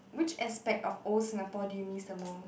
which aspect of old Singapore do you miss the most